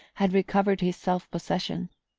had recovered his self-possession.